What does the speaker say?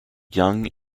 young